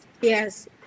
Yes